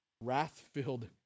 wrath-filled